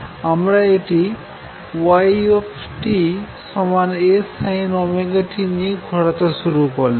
আমরা এটি y A sin t নিয়ে ঘোরাতে শুরু করলাম